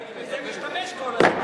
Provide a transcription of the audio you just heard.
אני בזה משתמש כל הזמן.